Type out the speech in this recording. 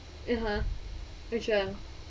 (uh huh) which one